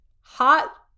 hot